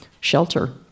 shelter